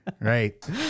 right